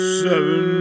seven